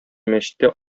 мәчеттә